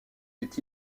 est